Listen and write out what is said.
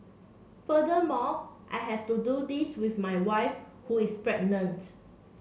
furthermore I have to do this with my wife who is pregnant